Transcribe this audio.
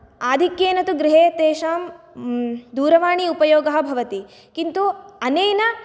आधिक्येन तु गृहे तेषां दूरवाणी उपयोगः भवति किन्तु अनेन